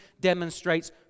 demonstrates